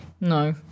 No